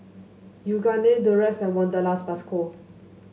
Yoogane Durex and Wanderlust Plus Co